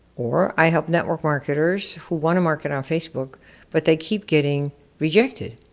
or i help network marketers who wanna market on facebook but they keep getting rejected.